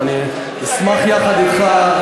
ואני אשמח יחד אתך,